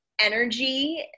energy